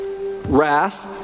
Wrath